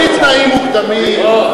בלי תנאים מוקדמים,